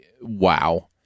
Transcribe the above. wow